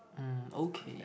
mm okay